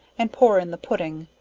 and pour in the pudding,